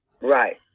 right